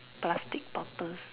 plastic bottles